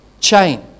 chain